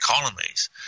economies